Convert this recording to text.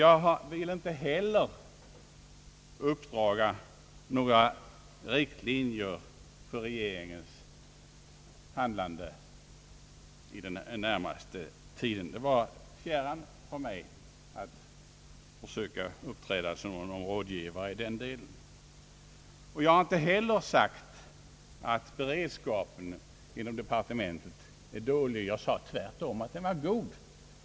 Jag vill inte heller uppdraga några riktlinjer för regeringens handlande den närmaste tiden. Det vare mig fjärran att söka uppträda som någon rådgivare på denna punkt. Jag har inte heller påstått att beredskapen inom departementet är dålig. Jag sade tvärtom att den är god.